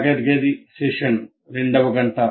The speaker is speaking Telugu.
తరగతి గది సెషన్ రెండవ గంట